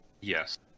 Yes